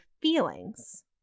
feelings